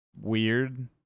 weird